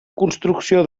construcció